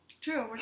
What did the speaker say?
True